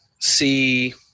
see –